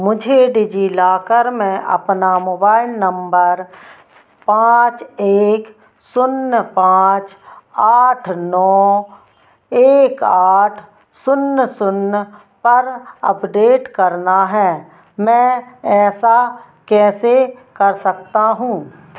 मुझे डिजिलॉकर में अपना मोबाइल नम्बर पाँच एक शून्य पाँच आठ नौ एक आठ शून्य शून्य पर अपडेट करना है मैं ऐसा कैसे कर सकता हूँ